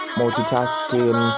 multitasking